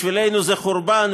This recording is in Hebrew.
בשבילנו זה חורבן,